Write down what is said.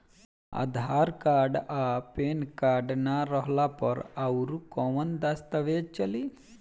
आधार card आ PAN card ना रहला पर अउरकवन दस्तावेज चली?